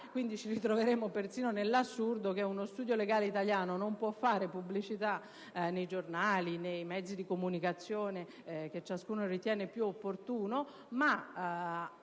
Quindi ci troveremo persino nell'assurdo che uno studio legale italiano non può fare pubblicità nei giornali, nei mezzi di comunicazione che ciascuno ritiene più opportuni, mentre